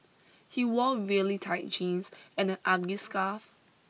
he wore really tight jeans and an ugly scarf